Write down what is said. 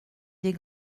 des